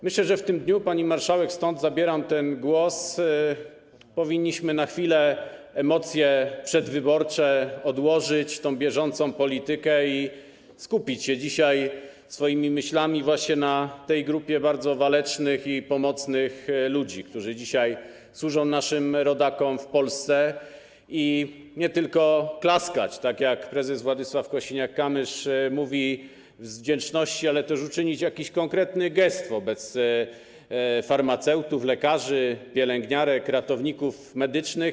Myślę, że w tym dniu, pani marszałek - dlatego zabieram ten głos - powinniśmy na chwilę odłożyć przedwyborcze emocje, tę bieżącą politykę i skupić się swoimi myślami właśnie na tej grupie bardzo walecznych i pomocnych ludzi, którzy dzisiaj służą naszym rodakom w Polsce, i nie tylko klaskać, tak jak prezes Władysław Kosiniak-Kamysz mówi, z wdzięczności, ale też uczynić jakiś konkretny gest wobec farmaceutów, lekarzy, pielęgniarek, ratowników medycznych.